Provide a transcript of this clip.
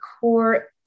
core